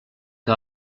que